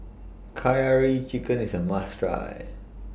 Curry Chicken IS A must Try